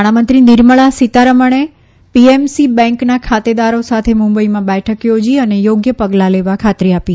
નાણાંમંત્રી નિર્મળા સીતારમણે પીએમસી બેન્કના ખાતેદારો સાથે મુંબઇમાં બેઠક થોજી અને યોગ્ય પગલાં લેવા ખાતરી આપી